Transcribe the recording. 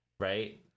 Right